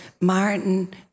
Martin